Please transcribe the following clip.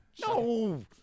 No